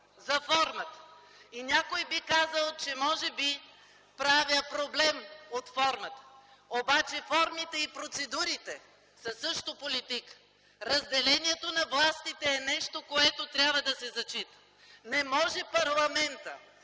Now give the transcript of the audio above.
за формата. Някой би казал, може би, че правя проблем от формата, но формите и процедурите също са политика! Разделението на властите е нещо, което трябва да се зачита! Не може парламентът